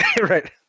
right